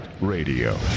Radio